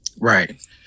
Right